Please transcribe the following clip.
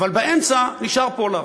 אבל באמצע נשאר פולארד.